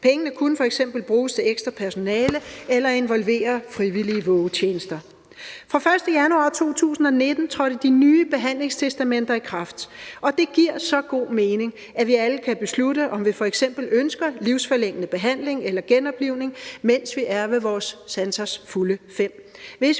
Pengene kunne f.eks. bruges til ekstra personale eller involvere frivillige vågetjenester. Fra den 1. januar 2019 trådte de nye behandlingstestamenter i kraft, og det giver så god mening, at vi alle kan beslutte, om vi f.eks. ønsker livsforlængende behandling eller genoplivning, mens vi er ved vores sansers fulde